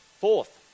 fourth